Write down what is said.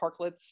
parklets